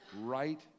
right